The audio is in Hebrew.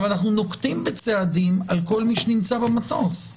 אנחנו נוקטים בצעדים על כל מי שנמצא במטוס.